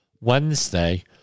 Wednesday